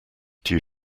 due